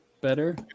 better